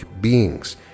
beings